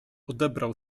odebrał